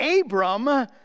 Abram